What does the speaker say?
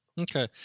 Okay